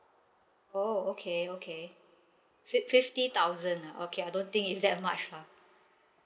oh okay okay fif~ fifty thousand ah okay I don't think it's that much lah